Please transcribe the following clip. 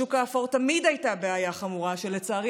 השוק האפור תמיד היה בעיה חמורה שלצערי